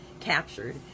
captured